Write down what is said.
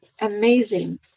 amazing